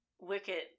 Wicket